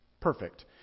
perfect